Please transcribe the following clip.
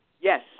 Yes